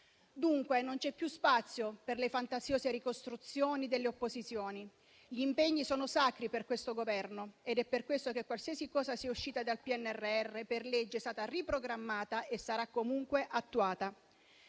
misure. Non c'è più spazio per le fantasiose ricostruzioni delle opposizioni. Gli impegni sono sacri per questo Governo ed è per questo che qualsiasi cosa sia uscita dal PNRR per legge è stata riprogrammata e sarà comunque attuata.